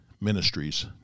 Ministries